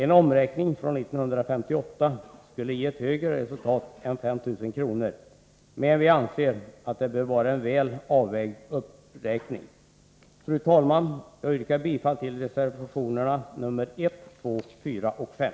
En omräkning från 1958 skulle ge ett högre resultat än 5 000 kr., men vi anser det vara en väl avvägd uppräkning. Fru talman! Jag yrkar bifall till reservationerna nr 1, 2, 4 och 5.